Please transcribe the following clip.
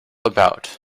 about